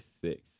six